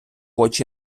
очі